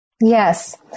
Yes